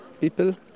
people